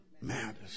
matters